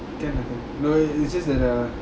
can lah can no it's just that uh